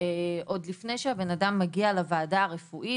עוד לפני שהבן אדם מגיע לוועדה הרפואית